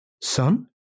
Son